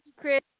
Chris